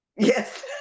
Yes